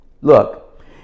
Look